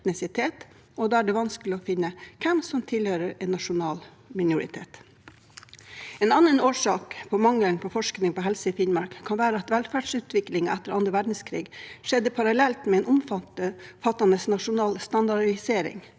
etnisitet, og da er det vanskelig å finne ut hvem som tilhører en nasjonal minoritet. En annen årsak til mangelen på forskning på helse i Finnmark kan være at velferdsutviklingen etter annen verdenskrig skjedde parallelt med en omfattende nasjonal standardisering.